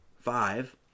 five